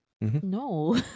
No